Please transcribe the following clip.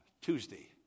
Tuesday